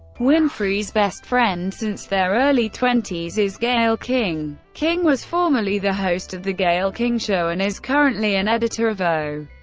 winfrey's best friend since their early twenties is gayle king. king was formerly the host of the gayle king show and is currently an editor of o,